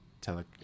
tele